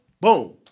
boom